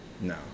No